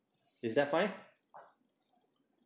is that fine